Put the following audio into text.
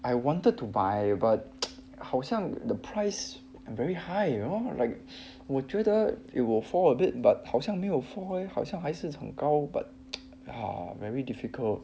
I wanted to buy but 好像 the price very high you know like 我觉得 it will fall a bit but 好像没有 fall eh 好像还是很高 ah very difficult